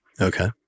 Okay